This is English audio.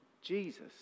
Jesus